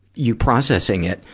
you processing it,